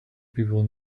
people